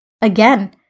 Again